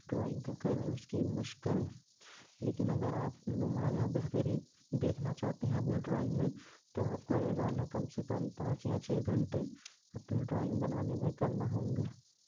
drawing کو کریں اُس کی مشق کریں لیکن اگر آپ نمایاں بہتری دیکھنا چاہتے ہیں اپنی ڈرائنگ میں تو آپ کو روزانہ کم سے کم پانچ یا چھ گھنٹے اپنی ڈرائنگ بنانے میں کرنا ہوں گے